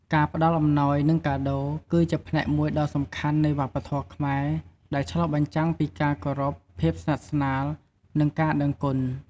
ការផ្តល់អំណោយ និងកាដូរ គឺជាផ្នែកមួយដ៏សំខាន់នៃវប្បធម៌ខ្មែរ ដែលឆ្លុះបញ្ចាំងពីការគោរព ភាពស្និទ្ធស្នាល និងការដឹងគុណ។